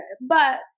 But-